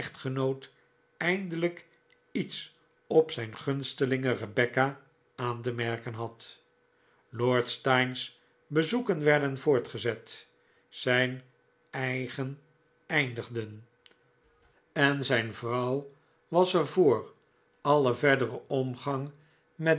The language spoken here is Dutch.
echtgenoot eindelijk iets op zijn gunstelinge rebecca aan te merken had lord steyne's bezoeken werden voortgezet zijn eigen eindigden en zijn vrouw was er voor alien verderen omgang met